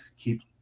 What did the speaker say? keep